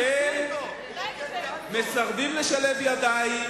אתם מסרבים לשלב ידיים,